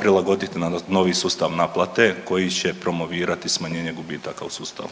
prilagoditi na novi sustav naplate koji će promovirati smanjenje gubitaka u sustavu.